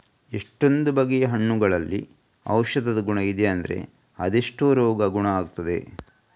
ಎಷ್ಟೊಂದು ಬಗೆಯ ಹಣ್ಣುಗಳಲ್ಲಿ ಔಷಧದ ಗುಣ ಇದೆ ಅಂದ್ರೆ ಅದೆಷ್ಟೋ ರೋಗ ಗುಣ ಆಗ್ತದೆ